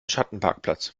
schattenparkplatz